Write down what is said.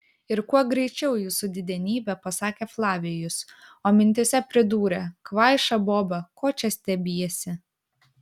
ir kuo greičiau jūsų didenybe pasakė flavijus o mintyse pridūrė kvaiša boba ko čia stebiesi